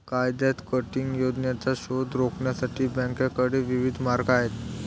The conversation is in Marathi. कायद्यात किटिंग योजनांचा शोध रोखण्यासाठी बँकांकडे विविध मार्ग आहेत